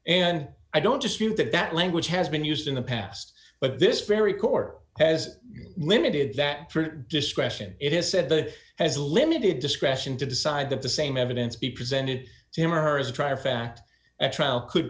and i don't dispute that that language has been used in the past but this very court has limited that for discretion it is said to has limited discretion to decide that the same evidence be presented to him or her as a trial fact at trial could